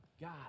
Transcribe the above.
God